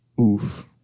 Oof